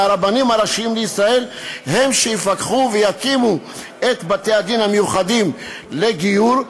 ושהרבנים הראשיים לישראל הם שיפקחו ויקימו את בתי-הדין המיוחדים לגיור,